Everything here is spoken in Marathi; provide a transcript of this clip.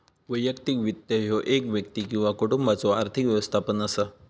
वैयक्तिक वित्त ह्यो एक व्यक्ती किंवा कुटुंबाचो आर्थिक व्यवस्थापन असा